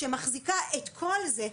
שמחזיקה את כל זה,